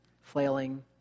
flailing